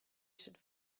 should